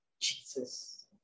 Jesus